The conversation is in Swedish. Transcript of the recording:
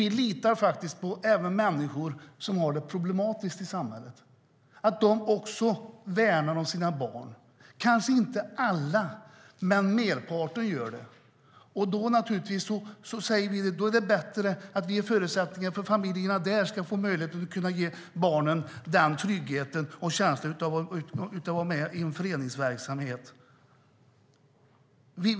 Vi litar faktiskt även på människor i samhället som har det problematiskt. Vi litar på att de också värnar om sina barn. Alla kanske inte gör det, men merparten gör det. Vi säger att det är bättre att familjerna får förutsättningar att ge barnen den trygghet och känsla som det ger att vara med i en föreningsverksamhet.